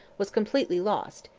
was completely lost,